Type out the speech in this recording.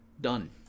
Done